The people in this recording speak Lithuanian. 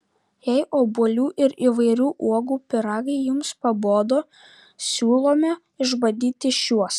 jei obuolių ir įvairių uogų pyragai jums pabodo siūlome išbandyti šiuos